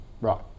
Right